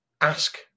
ask